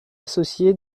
associé